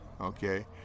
okay